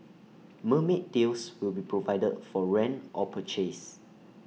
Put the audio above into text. mermaid tails will be provided for rent or purchase